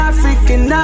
African